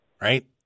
right